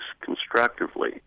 constructively